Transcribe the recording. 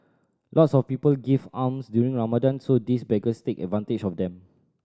lots of people give alms during Ramadan so these beggars take advantage of them